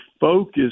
focus